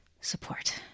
support